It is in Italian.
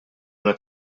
una